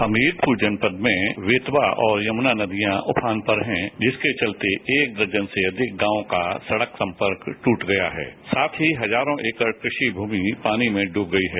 हमीरपुर जनपद में बेतवा और यमुना नदियां उफान पर हैं जिसके चलते एक दर्जन से अधिक गांवों का सड़क संपर्क ट्रट गया है साथ ही हजारों एकड़ कृषि भूमि पानी में डूब गई है